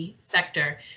sector